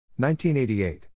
1988